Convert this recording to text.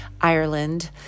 Ireland